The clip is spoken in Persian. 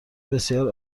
بسیار